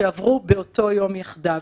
שעברו באותו יום יחדיו.